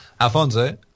Alfonso